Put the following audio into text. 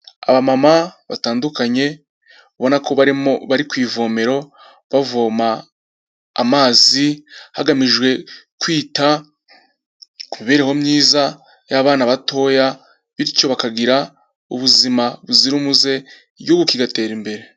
Aba mama batandukanye ubona ko barimo bari ku ivomero bavoma amazi, hagamijwe kwita ku mibereho myiza y'abana batoya bityo bakagira ubuzima buzira umuze igihugu kigatera imbere.